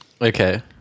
Okay